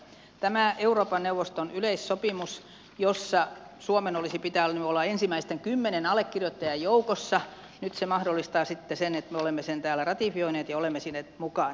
tämä euroopan neuvoston yleissopimus jossa suomen olisi pitänyt olla ensimmäisten kymmenen allekirjoittajan joukossa nyt mahdollistaa sitten sen että me olemme sen täällä ratifioineet ja olemme siinä mukana